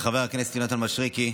וחבר הכנסת יונתן מישרקי,